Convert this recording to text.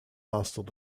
hostile